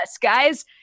guys